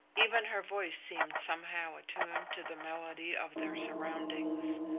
even her voice seemed somehow attuned to the melody of their surroundings,